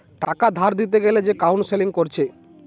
টাকা ধার লিতে গ্যালে যে কাউন্সেলিং কোরছে